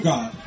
God